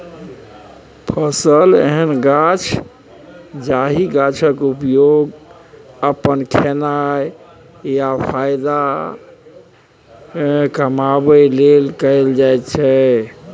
फसल एहन गाछ जाहि गाछक उपयोग अपन खेनाइ या फाएदा कमाबै लेल कएल जाइत छै